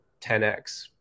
10x